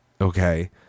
Okay